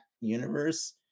universe